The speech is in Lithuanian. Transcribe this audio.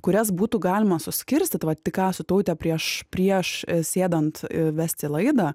kurias būtų galima suskirstyt vat tik ką su taute prieš prieš sėdant vesti laidą